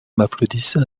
m’applaudissent